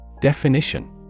Definition